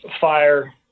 fire